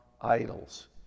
idols